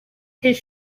his